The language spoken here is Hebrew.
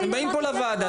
אתם באים פה לוועדה,